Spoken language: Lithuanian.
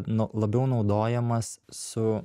nu labiau naudojamas su